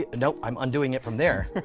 ah no i'm undoing it from there.